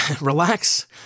relax